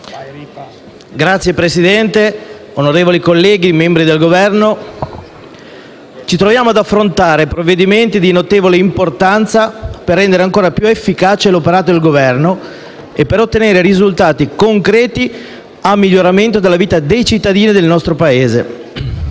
Signor Presidente, onorevoli colleghi, membri del Governo, ci troviamo ad affrontare provvedimenti di notevole importanza per rendere ancora più efficace l'operato del Governo e per ottenere risultati concreti, a miglioramento della vita dei cittadini del nostro Paese.